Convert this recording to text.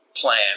plan